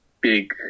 big